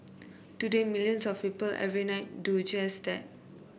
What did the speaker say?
today millions of people every night do just that